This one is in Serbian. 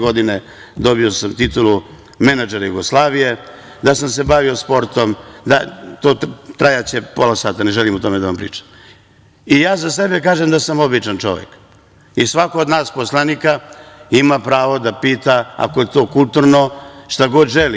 Godine 1995. dobio sam titulu „menadžer Jugoslavije“, da sam se bavio sportom, trajaće pola sata, ne želim o tome da vam pričam, i ja za sebe kažem da sam običan čovek i svako od nas poslanika ima pravo da pita, ako je to kulturno, šta god želi.